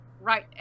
right